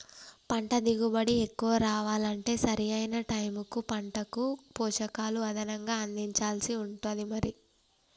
పంట దిగుబడి ఎక్కువ రావాలంటే సరి అయిన టైముకు పంటకు పోషకాలు అదనంగా అందించాల్సి ఉంటది మరి